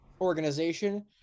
organization